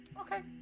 Okay